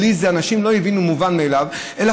בלי זה אנשים לא הבינו את המובן מאליו אלא